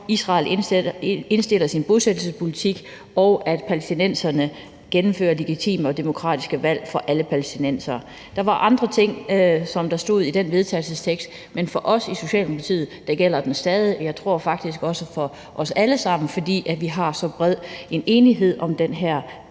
Israel indstiller sin bosættelsespolitik, og at palæstinenserne gennemfører legitime og demokratiske valg for alle palæstinensere. Der stod også andre ting i den vedtagelsestekst, men for os i Socialdemokratiet gælder den stadig, og jeg tror faktisk også, at det er tilfældet for os alle sammen, fordi vi har så bred en enighed om den her